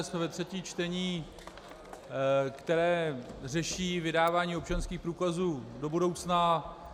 Jsme ve třetím čtení, které řeší vydávání občanských průkazů do budoucna.